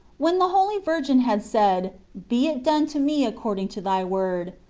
when the holy virgin had said, be it done to me according to thy word,